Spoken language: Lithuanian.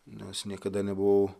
nes niekada nebuvau